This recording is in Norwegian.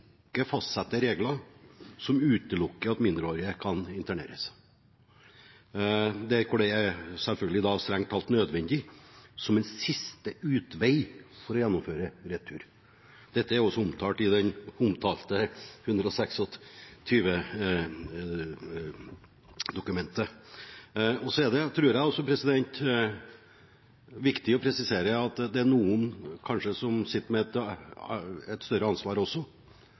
fastsette regler som utelukker at mindreårige kan interneres der det er strengt tatt nødvendig som en siste utvei for å gjennomføre retur. Dette er også omtalt i den omtalte Prop. 126 L. Så tror jeg også det er viktig å presisere at det er noen som kanskje sitter med et større ansvar,